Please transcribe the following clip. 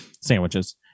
sandwiches